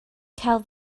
cael